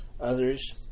Others